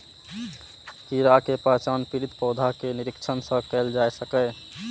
कीड़ा के पहचान पीड़ित पौधा के निरीक्षण सं कैल जा सकैए